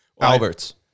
Alberts